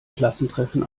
klassentreffen